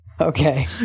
Okay